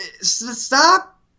stop